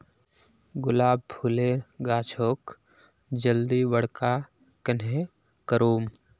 गुलाब फूलेर गाछोक जल्दी बड़का कन्हे करूम?